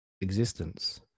existence